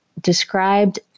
described